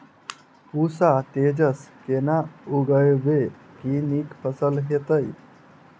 पूसा तेजस केना उगैबे की नीक फसल हेतइ?